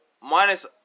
minus